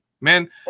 Man